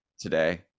today